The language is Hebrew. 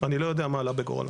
אני לא יודע מה עלה בגורלו.